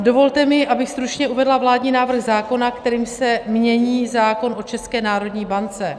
Dovolte mi, abych stručně uvedla vládní návrh zákona, kterým se mění zákon o České národní bance.